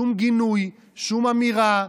שום גינוי, שום אמירה.